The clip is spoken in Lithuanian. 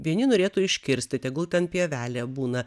vieni norėtų iškirsti tegul ten pievelė būna